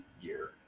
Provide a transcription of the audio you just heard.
year